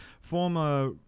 former